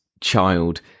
child